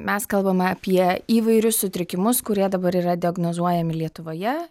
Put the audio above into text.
mes kalbame apie įvairius sutrikimus kurie dabar yra diagnozuojami lietuvoje